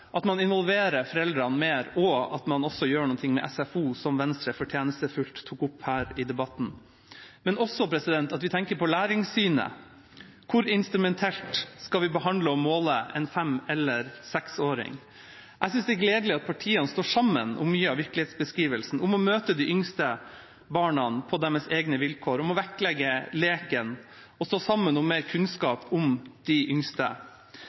at man involverer foreldrene mer, og at man gjør noe med SFO, slik Venstre fortjenstfullt tok opp her i debatten – men også at vi tenker på læringssynet. Hvor instrumentelt skal vi behandle og måle en fem- eller seksåring? Jeg synes det er gledelig at partiene står sammen om mye av virkelighetsbeskrivelsen, om å møte de yngste barna på deres egne vilkår, om å vektlegge leken og stå sammen om mer kunnskap om de yngste.